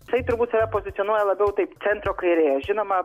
tai turbūt save pozicionuoja labiau taip centro kairė žinoma